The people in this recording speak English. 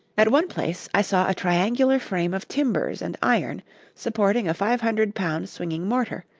at one place i saw a triangular frame of timbers and iron supporting a five-hundred-pound swinging mortar,